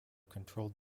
controlled